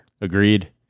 Agreed